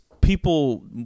people